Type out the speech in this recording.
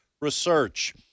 research